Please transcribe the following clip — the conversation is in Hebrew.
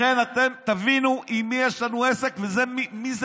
לכן אתם תבינו עם מי יש לנו עסק ומי זה